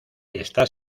está